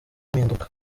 mpinduka